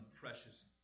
precious